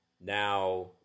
Now